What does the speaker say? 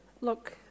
look